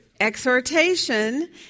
Exhortation